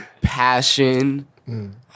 passion